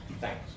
Thanks